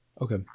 okay